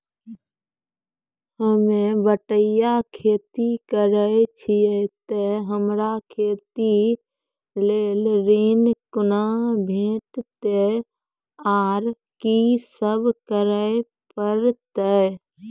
होम बटैया खेती करै छियै तऽ हमरा खेती लेल ऋण कुना भेंटते, आर कि सब करें परतै?